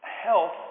health